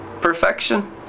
Perfection